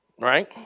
Right